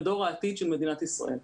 דור העתיד של מדינת ישראל.